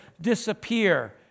disappear